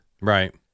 Right